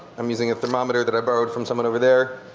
i'm using a thermometer that i borrowed from someone over there.